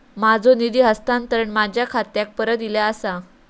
माझो निधी हस्तांतरण माझ्या खात्याक परत इले आसा